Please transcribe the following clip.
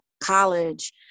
college